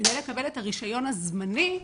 כדי לקבל את הרישיון הזמני,